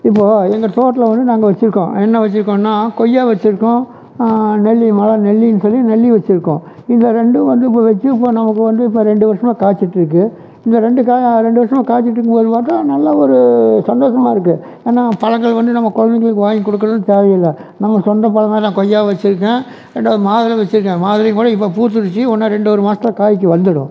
இப்போ எங்கள் தோட்டத்தில் வந்து நாங்கள் வச்சிருக்கோம் என்ன வச்சிருக்கோன்னா கொய்யா வச்சிர்க்கோம் நெல்லி மரம் நெல்லின் சொல்லி நெல்லி வச்சிருக்கோம் இந்த ரெண்டும் வந்து இப்போ வச்சிர்ப்போம் நமக்கு வந்து இப்போ ரெண்டு வருசமாக காய்ச்சிட்டுருக்கு இந்த ரெண்டு காயும் ரெண்டு வருசமாக காய்ச்சிகிட்டு இருக்கும்மோது பாத்தா நல்லா ஒரு சந்தோசமாக இருக்கு ஆனால் பழங்கள் வந்து நம்ம குழந்தைங்களுக்கு வாய்ங்க் கொடுக்கணுன் தேவை இல்லை நம்ம சொந்த பழம் வேறு கொய்யா வச்சிருக்கேன் ரெண்டாவது மாதுளை வச்சிருக்கேன் மாதுளை கூட இப்போ பூத்துருச்சு ஒன்று ரெண்டு ஒரு மாதத்துல காய்க்கும் வந்துவிடும்